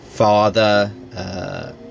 Father